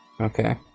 Okay